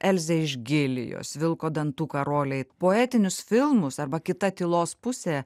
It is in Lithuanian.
elzė iš gilijos vilko dantų karoliai poetinius filmus arba kita tylos pusė